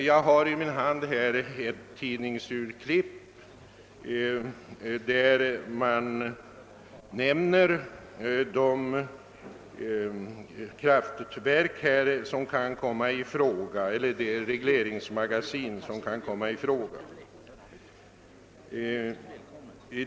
Jag har i min hand ett tidningsurklipp där man nämner de regleringsmagasin som kan komma i fråga.